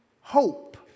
hope